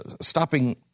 stopping